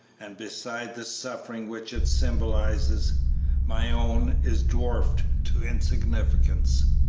and beside the suffering which it symbolizes my own is dwarfed to insignificance.